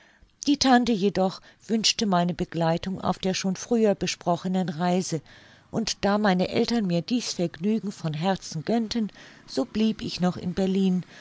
die tante jedoch wünschte meine begleitung auf der schon früher besprochenen reise und da meine eltern mir dies vergnügen von herzen gönnten so blieb ich noch in berlin